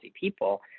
people